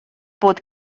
fod